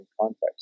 context